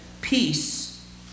Peace